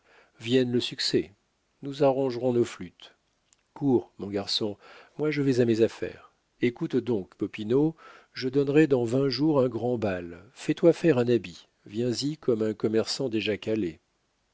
vienne le succès nous arrangerons nos flûtes cours mon garçon moi je vais à mes affaires écoute donc popinot je donnerai dans vingt jours un grand bal fais-toi faire un habit viens-y comme un commerçant déjà